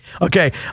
okay